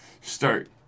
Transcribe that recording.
start